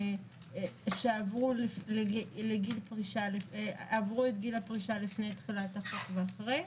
שעברו את גיל הפרישה לפני תחילת החוק ואחרי.